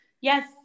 Yes